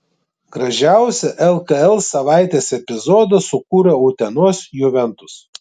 gražiausią lkl savaitės epizodą sukūrė utenos juventus